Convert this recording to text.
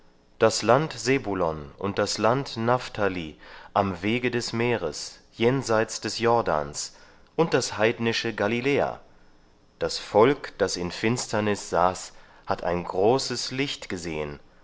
das land sebulon und das land naphthali am wege des meeres jenseit des jordans und das heidnische galiläa das volk das in finsternis saß hat ein großes licht gesehen